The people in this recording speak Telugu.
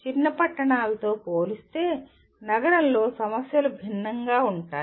చిన్న పట్టణాలతో పోలిస్తే నగరంలో సమస్యలు భిన్నంగా ఉంటాయి